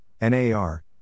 NAR